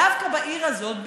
דווקא בעיר הזאת,